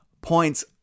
points